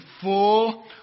full